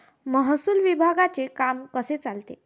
महसूल विभागाचे काम कसे चालते?